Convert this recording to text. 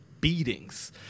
beatings